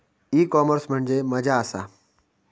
E commerce म्हणजे मझ्या आसा?